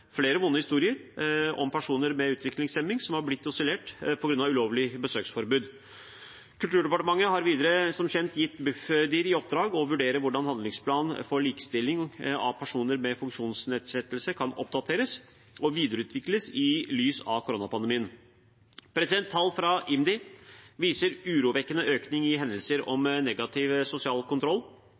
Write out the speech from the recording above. flere vonde historier om personer med utviklingshemning som har blitt isolert på grunn av ulovlige besøksforbud. Kulturdepartementet har som kjent gitt Bufdir i oppdrag å vurdere hvordan handlingsplanen for likestilling av personer med funksjonsnedsettelse kan oppdateres og videreutvikles i lys av koronapandemien. Tall fra IMDi viser en urovekkende økning i henvendelser om negativ sosial kontroll.